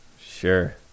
sure